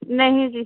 ਨਹੀਂ ਜੀ